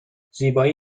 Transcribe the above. زیبایی